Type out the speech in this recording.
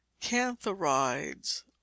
cantharides